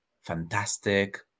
fantastic